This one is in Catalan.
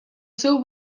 seu